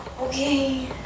Okay